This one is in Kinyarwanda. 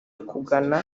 kugana